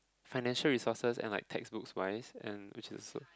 financial resources and like textbooks wise and which is also